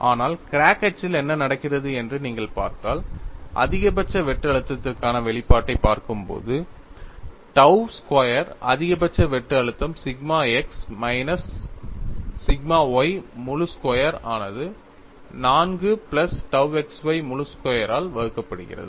ஆனால் கிராக் அச்சில் என்ன நடக்கிறது என்று நீங்கள் பார்த்தால் அதிகபட்ச வெட்டு அழுத்தத்திற்கான வெளிப்பாட்டைப் பார்க்கும்போது tau ஸ்கொயர் அதிகபட்ச வெட்டு அழுத்தம் sigma x minus sigma y முழு ஸ்கொயர் ஆனது 4 பிளஸ் tau xy முழு ஸ்கொயரால் வகுக்கப்படுகிறது